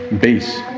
base